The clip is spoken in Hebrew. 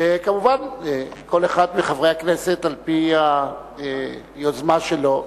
וכמובן כל אחד מחברי הכנסת, על-פי היוזמה שלו,